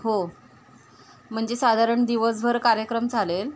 हो म्हणजे साधारण दिवसभर कार्यक्रम चालेल